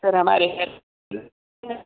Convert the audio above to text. sir हमारे hair में